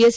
S